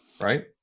right